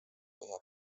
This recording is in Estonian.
põhja